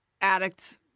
addict